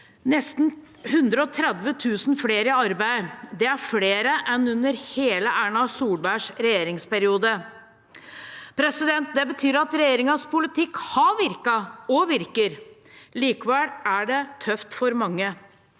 nesten 130 000 flere i arbeid. Det er flere enn under hele Erna Solbergs regjeringsperiode. Det betyr at regjeringens politikk har virket og virker. Likevel er det tøft for mange.